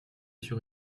sur